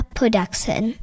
Production